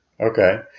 Okay